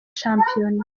shampiyona